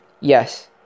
Yes